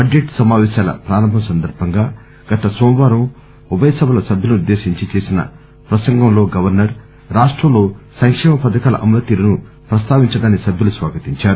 budget సమాపేశాల ప్రారంభం సందర్భంగా గత సోమవారం ఉభయ సభల సభ్యులనుద్దేశించీ చేసిన ప్రసంగంలో గవర్పర్ రాష్టంలో సంక్షేమ పధకాల అమలుతీరును ప్రస్తావించటాన్ని సభ్యులు స్వాగతించారు